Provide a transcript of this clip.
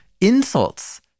insults